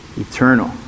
Eternal